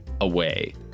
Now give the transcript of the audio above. away